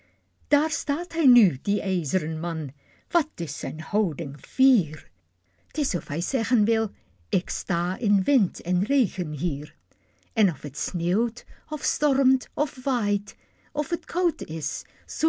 daar staat hij nu die ijz'ren man wat is zijn houding fier t is of hij zeggen wil ik sta in wind en regen hier en of het sneeuwt of stormt of waait of t koud is